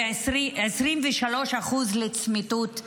23% לצמיתות,